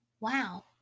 wow